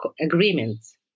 agreements